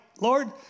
Lord